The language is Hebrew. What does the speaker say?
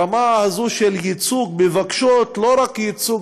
ברמה הזאת של ייצוג מבקשות לא רק ייצוג